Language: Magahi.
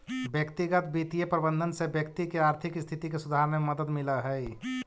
व्यक्तिगत वित्तीय प्रबंधन से व्यक्ति के आर्थिक स्थिति के सुधारने में मदद मिलऽ हइ